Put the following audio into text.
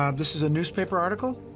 um this is a newspaper article